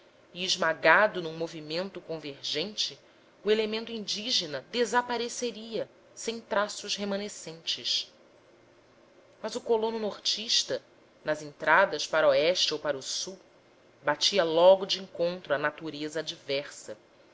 e esmagado num movimento convergente o elemento indígena desapareceria sem traços remanescentes mas o colono nortista nas entradas para o este ou para o sul batia logo de encontro à natureza adversa